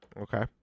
Okay